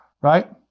right